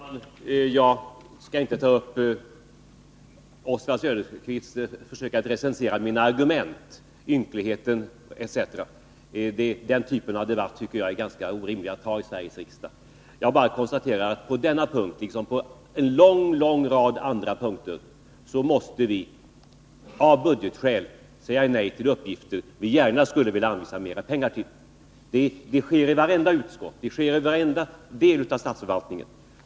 Herr talman! Jag skall inte ta upp Oswald Söderqvists försök att recensera mina argument — ynkligheten i dem etc. Det är en orimlig debatt att föra i Sveriges riksdag. Jag konstaterar bara att vi på denna punkt liksom på en lång rad andra punkter av budgetskäl måste säga nej till uppgifter som vi gärna skulle vilja anvisa mera pengar till. Det sker inom vartenda utskott och inom varenda del av statsförvaltningen.